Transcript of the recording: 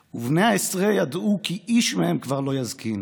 / ובני העשרה ידעו כי איש מהם כבר לעולם לא יזקין.